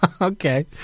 Okay